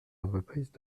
entreprises